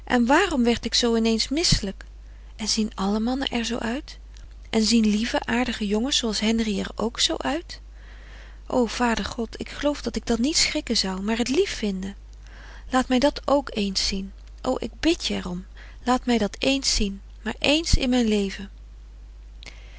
en waarom werd ik zoo in eens misselijk en zien alle mannen er zoo uit en zien lieve aardige jongens zooals henri er ook zoo uit o vader god ik geloof dat ik dan niet schrikken zou maar het lief vinden laat mij dat ook eens zien o ik bid je er om laat mij dat eens zien maar ééns in mijn leven